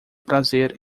prazer